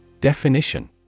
Definition